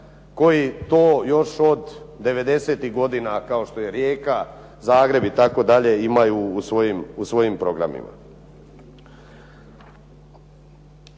koji to još od devedesetih godina kao što je Rijeka, Zagreb itd. imaju u svojim programima.